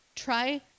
Try